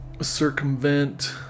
circumvent